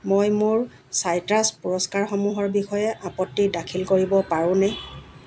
মই মোৰ চাইট্ৰাছ পুৰস্কাৰসমূহৰ বিষয়ে আপত্তি দাখিল কৰিব পাৰোনে